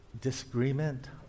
disagreement